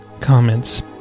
comments